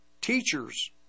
teachers